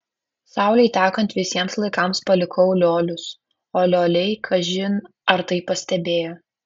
saulei tekant visiems laikams palikau liolius o lioliai kažin ar tai pastebėjo